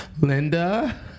linda